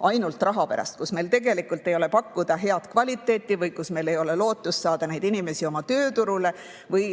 ainult raha pärast, kus meil tegelikult ei ole pakkuda head kvaliteeti või kus meil ei ole lootust saada neid inimesi oma tööturule või